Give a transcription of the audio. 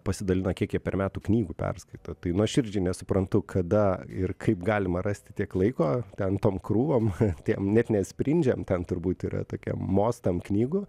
pasidalina kiek jie per metų knygų perskaito tai nuoširdžiai nesuprantu kada ir kaip galima rasti tiek laiko ten tom krūvom tiem net ne sprindžiam ten turbūt yra tokiem mostam knygų